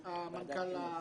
המנכ"ל הקודם.